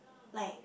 like